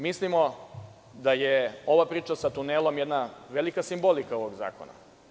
Mislimo da je ova priča sa tunelom jedna velika simbolika ovog zakona.